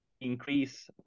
increase